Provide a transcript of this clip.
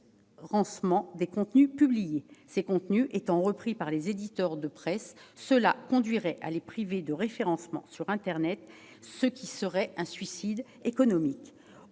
des contenus publiés. Ces contenus étant repris par les éditeurs de presse, cela conduirait à les priver de référencement sur internet, ce qui constituerait un suicide économique.